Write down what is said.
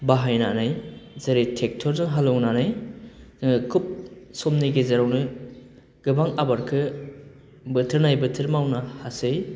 बाहायनानै जेरै ट्रेक्टरजों हालौनानै जोङो खुब समनि गेजेरावनो गोबां आबादखौ बोथोर नायै बोथोर मावनो हासै